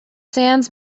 sands